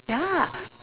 ya lah